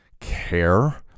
care